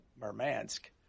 Murmansk